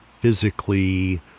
physically